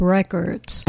Records